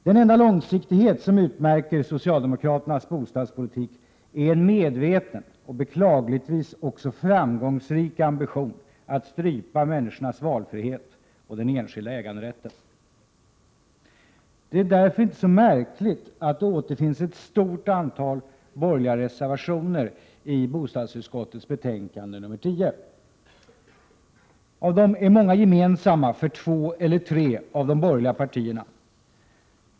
Den enda långsiktighet som utmärker socialdemokraternas bostadspolitik är en medveten och beklagligtvis också framgångsrik ambition att strypa människornas valfrihet och den enskilda äganderätten. Det är därför inte så märkligt att det återfinns ett stort antal borgerliga reservationer till bostadsutskottets betänkande nr 10. Av dessa är många gemensamma för två eller tre av de borgerliga partierna.